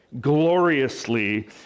gloriously